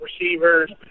receivers